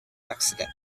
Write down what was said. accident